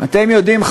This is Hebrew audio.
אתם יודעים,